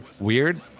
weird